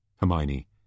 Hermione